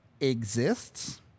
exists